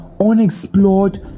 unexplored